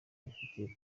bafitiye